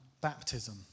baptism